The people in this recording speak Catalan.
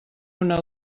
una